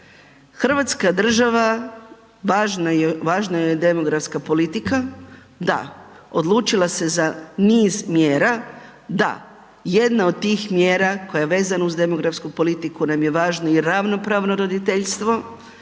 Hrvatska država važna joj je demografska politika, da, odlučila se za niz mjera, da, jedna od tim mjera koja je vezana uz demografsku politiku nam je važno i ravnopravno roditeljstvo,